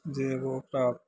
जे हो ओकरा